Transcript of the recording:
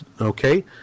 Okay